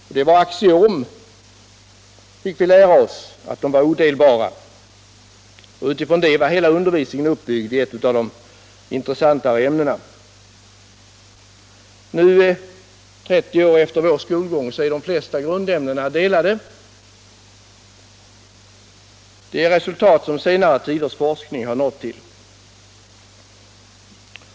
Att de var odelbara var ett axiom, fick vi lära oss. Med utgångspunkt från detta var hela undervisningen i ett av de intressantare ämnena uppbyggd. Nu, 30 år efter vår skolgång, är de flesta grundämnen delade — ett resultat av senare tiders forskning.